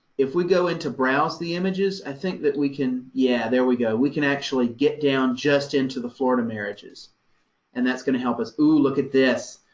if we go into browse the images, i think that we can. yeah, there we go. we can actually get down just into the florida marriages and that's going to help us. ooh, look at this!